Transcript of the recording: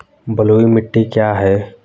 बलुई मिट्टी क्या है?